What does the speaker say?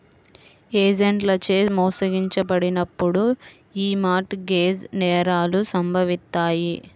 ఏజెంట్లచే మోసగించబడినప్పుడు యీ మార్ట్ గేజ్ నేరాలు సంభవిత్తాయి